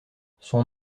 son